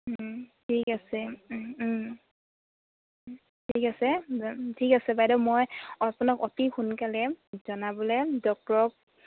ঠিক আছে ঠিক আছে ঠিক আছে বাইদেউ মই আপোনাক অতি সোনকালে জনাবলে ডক্টৰক